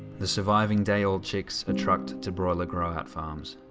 the surviving day-old chicks are trucked to broiler grow-out farms.